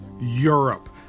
Europe